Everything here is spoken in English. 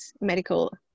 medical